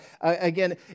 again